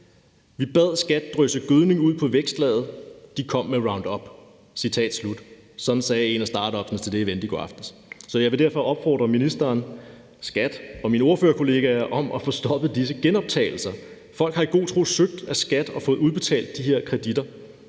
Vi bad skat drysse gødning ud på vækstlaget. De kom med Roundup. Citat slut. Sådan sagde en af startupperne til det event i går aftes. Så jeg vil derfor opfordre ministeren, skattemyndighederne og mine ordførerkollegaer til at få stoppet disse genoptagelser. Folk har i god tro søgt ved skattemyndighederne og fået udbetalt de her kreditter,